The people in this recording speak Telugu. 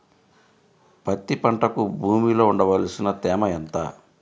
పత్తి పంటకు భూమిలో ఉండవలసిన తేమ ఎంత?